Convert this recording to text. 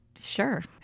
sure